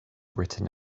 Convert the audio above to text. written